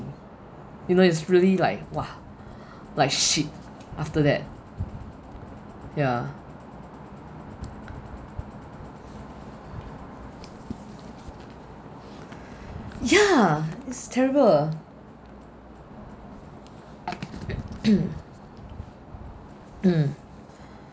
you know it's really like !wah! like shit after that ya yeah it's terrible um